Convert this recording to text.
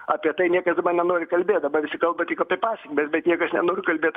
apie tai niekas dabar nenori kalbėt dabar visi kalba tik apie pasekmes bet niekas nenori kalbėt